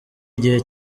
igihe